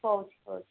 କହୁଛି କହୁଛି